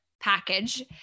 package